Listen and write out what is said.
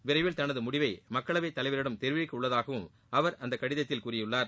விரைவில் தனது முடிவை மக்களவை தலைவரிடம் தெரிவிக்க உள்ளதாகவும் அவர் அக்கடிதத்தில் கூறியுள்ளார்